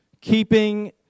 keeping